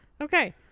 Okay